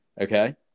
Okay